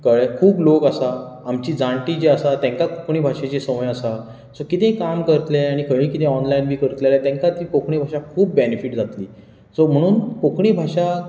कळ्ळें खूब लोक आसा आमचीं जाण्टीं जी आसा तेंकां कोंकणी भाशेची संवय आसा सो कितें काम करतलें आणी खंय कितें ऑनलायन बी करतलें तेंकां ती कोंकणी भाशा खूब बॅनीफीट जातली सो म्हणून कोंकणी भाशा